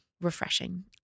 refreshing